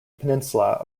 peninsula